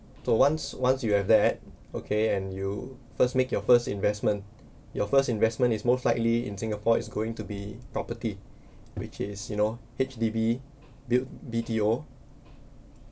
so once once you have that okay and you first make your first investment your first investment is most likely in singapore is going to be property which is you know H_D_B built B_T_O